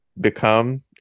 become